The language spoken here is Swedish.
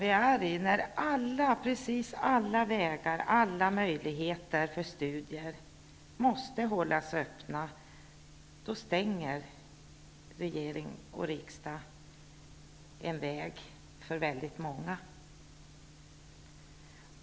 Det är i dessa tider, när alla vägar och alla möjligheter till studier måste hållas öppna, som regering och riksdag stänger en väg för väldigt många.